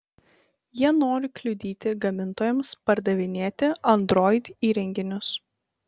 jie nori kliudyti gamintojams pardavinėti android įrenginius